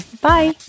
Bye